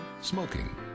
Smoking